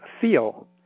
feel